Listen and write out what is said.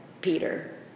Peter